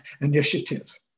initiatives